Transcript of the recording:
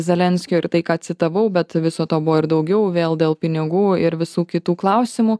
zelenskio ir tai ką citavau bet viso to buvo ir daugiau vėl dėl pinigų ir visų kitų klausimų